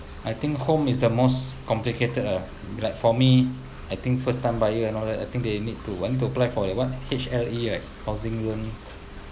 I think home is the most complicated ah like for me I think first time buyer and all that I think they need to I need to pledge for that what one H_L_A like housing loan